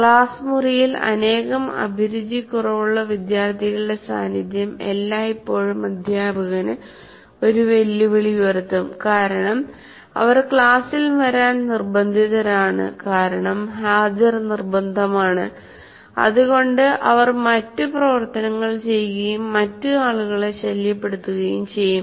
class മുറിയിൽ അനേകം അഭിരുചിക്കുറവുള്ള വിദ്യാർത്ഥികളുടെ സാന്നിധ്യം എല്ലായ്പ്പോഴും അധ്യാപകന് ഒരു വെല്ലുവിളി ഉയർത്തും കാരണം അവർ ക്ലാസ്സിൽ വരാൻ നിർബന്ധിതരാണ് കാരണം ഹാജർ നിർബന്ധമാണ് അതുകൊണ്ടു അവർ മറ്റ് പ്രവർത്തനങ്ങൾ ചെയ്യുകയും മറ്റ് ആളുകളെ ശല്യപ്പെടുത്തുകയും ചെയ്യും